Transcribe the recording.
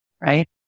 right